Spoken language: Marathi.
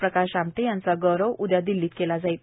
प्रकाश आमटे यांचा गौरव उद्या नवी दिल्लीत केला जाणार आहे